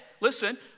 listen